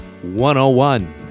101